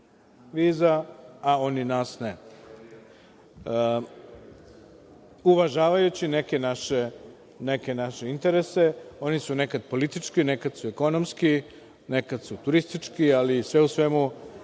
viza, a oni nas ne. Uvažavajući neke naše interese, oni su nekad politički, nekad su ekonomski, nekad su turistički, ali sve u svemu,